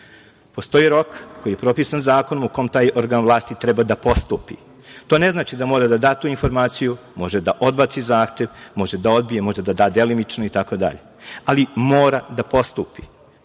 postoji rok koji je propisan zakonom u kom taj organ vlasti treba da postupi. To ne znači da mora da da tu informaciju, može da odbaci zahtev, može da odbije, može da da delimično itd, ali mora da postupi. Preko